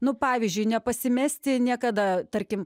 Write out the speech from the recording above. nu pavyzdžiui nepasimesti niekada tarkim